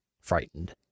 frightened